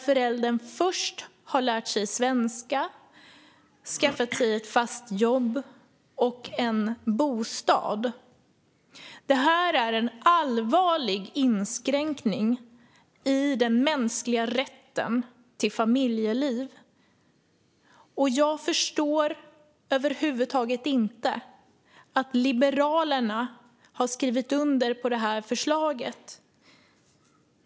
Föräldern ska först ha lärt sig svenska, skaffat sig ett fast jobb och en bostad. Det här är en allvarlig inskränkning i den mänskliga rätten till familjeliv, och jag förstår över huvud taget inte att Liberalerna har skrivit under förslaget.